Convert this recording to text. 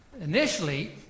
Initially